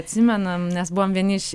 atsimenam nes buvom vieni iš